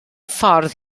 ffordd